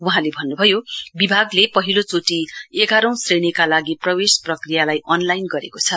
वहाँले भन्नुभयो विभागले पहिलो चोटी एघारौं श्रेणीका लागि प्रवेश प्रक्रियालाई अनलाइन गरिएको छ